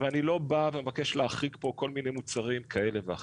ואני לא בא ומבקש להחריג פה כל מיני מוצרים כאלה ואחרים.